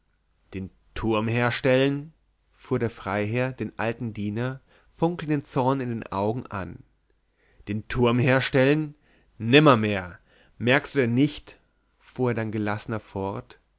den turm herstellen fuhr der freiherr den alten diener funkelnden zorn in den augen an den turm herstellen nimmermehr merkst du denn nicht fuhr er dann gelassener fort